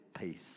peace